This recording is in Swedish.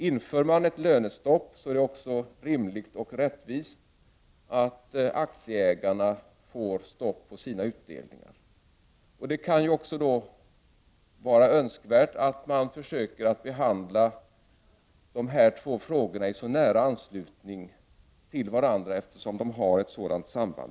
Inför man ett lönestopp, är det också rimligt och rättvist att det blir ett stopp för aktieägarnas utdelningar. Det är önskvärt att man försöker att behandla dessa två frågor i nära anslutning till varandra, eftersom det föreligger ett sådant samband.